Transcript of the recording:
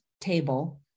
table